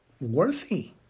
worthy